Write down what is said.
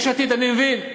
יש עתיד, אני מבין.